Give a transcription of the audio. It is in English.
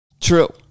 True